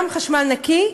גם חשמל נקי,